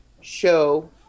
show